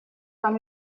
dal